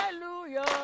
Hallelujah